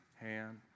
hand